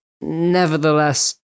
nevertheless